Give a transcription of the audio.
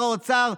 שר האוצר,